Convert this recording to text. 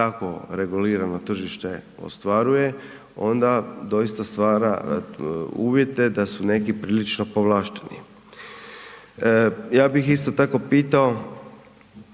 takvo regulirano tržite ostvaruje onda doista stvara uvjete da su neki prilično povlašteni. Ja bih isto tako pitao,